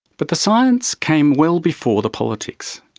but the science came well before the politics,